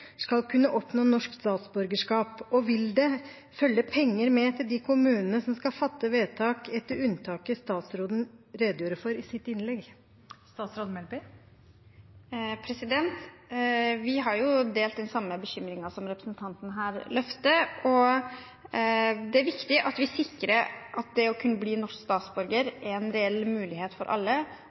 skal kunne oppnå norsk statsborgerskap? Og vil det følge penger med til de kommunene som skal fatte vedtak etter unntaket statsråden redegjorde for i sitt innlegg? Vi har delt den samme bekymringen som representanten her løfter. Det er viktig at vi sikrer at det å kunne bli norsk statsborger er en reell mulighet for alle,